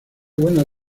buenas